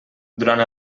durant